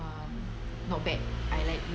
um not bad I like